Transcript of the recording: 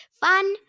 Fun